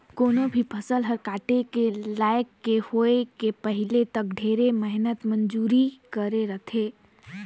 कोनो भी फसल हर काटे के लइक के होए के पहिले तक ढेरे मेहनत मंजूरी करे रथे